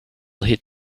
hit